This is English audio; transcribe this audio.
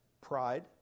pride